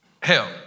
Hell